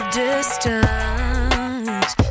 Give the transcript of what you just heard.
distance